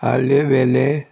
आले बेले